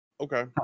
Okay